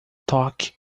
toque